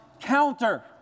counter